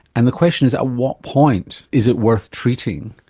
and the question is, at what point is it worth treating?